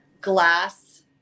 glass